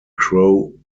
crow